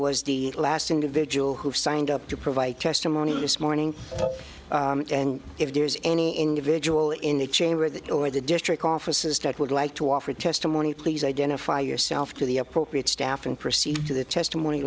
was the last individual who signed up to provide testimony this morning and if there's any individual in the chamber or the district offices that would like to offer testimony please identify yourself to the appropriate staff and proceed to the testimony